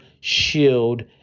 shield